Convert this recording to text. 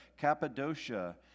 Cappadocia